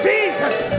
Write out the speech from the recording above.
Jesus